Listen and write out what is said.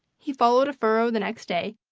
he followed a furrow the next day,